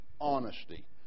honesty